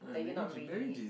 like you not ready